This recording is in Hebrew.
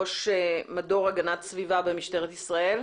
ראש מדור הגנת הסביבה במשטרת ישראל,